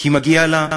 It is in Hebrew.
כי מגיע לה,